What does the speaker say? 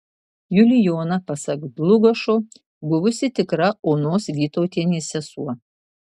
julijona pasak dlugošo buvusi tikra onos vytautienės sesuo